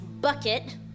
bucket